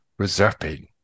reserpine